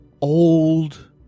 old